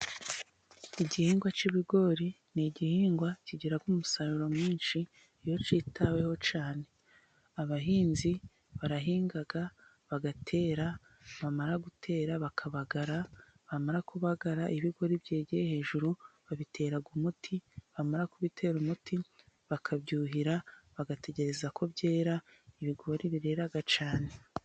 Igihingwa cy'ibigori ni igihingwa kigira umusaruro mwinshi iyo cyitaweho cyane. Abahinzi barahinga bagatera, bamara gutera bakabagara, bamara kubagara ibigori byigiye hejuru, babitera umuti, bamara kubitera umuti bakabyuhira, bagategereza ko byera. Ibigori birera cyane.